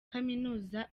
kaminuza